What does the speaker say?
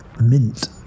mint